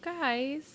guys